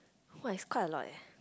!wah! it's quite a lot eh